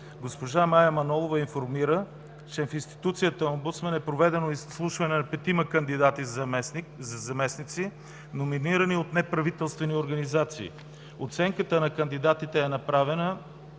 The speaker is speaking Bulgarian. Госпожа Мая Манолова информира, че в институцията Омбудсман е проведено изслушване на петима кандидати за заместници, номинирани от неправителствени организации. Оценката на кандидатите е направена